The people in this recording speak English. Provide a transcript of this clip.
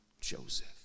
Joseph